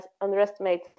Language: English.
underestimate